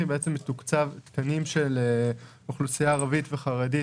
מתוקצב תקנים של אוכלוסייה ערבית וחרדית,